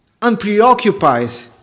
unpreoccupied